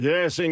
Yes